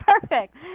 perfect